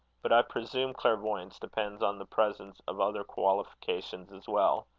but i presume clairvoyance depends on the presence of other qualifications as well.